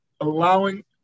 allowing